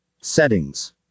Settings